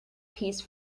piece